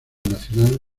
nacional